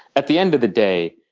at the end of the day,